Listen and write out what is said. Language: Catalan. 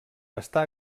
està